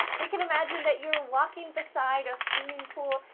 we can imagine that you're walking beside a swimming pool,